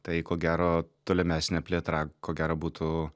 tai ko gero tolimesnė plėtra ko gero būtų